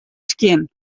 skjin